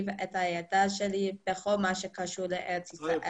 את הקליטה שלי בכל מה שקשור לארץ ישראל,